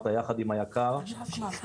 נשמע קבוצה של דוברים ואחרי זה ניתן להם להתייחס.